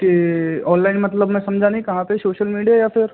के ओननलाइन मतलब में समझा नही कहाँ पर शोशल मीडिया या फिर